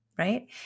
right